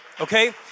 okay